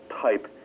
type